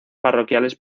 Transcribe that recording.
parroquiales